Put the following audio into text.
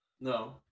No